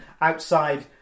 outside